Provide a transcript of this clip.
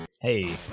Hey